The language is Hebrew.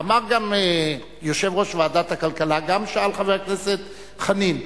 אמר גם יושב-ראש ועדת הכלכלה וגם שאל חבר הכנסת חנין: